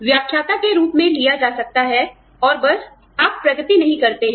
व्याख्याता के रूप में लिया जा सकता है और बस आप प्रगति नहीं करते हैं